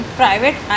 private